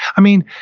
i mean,